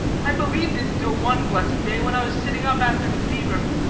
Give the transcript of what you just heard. i believed it until one blessed day when i was sitting up after the fever.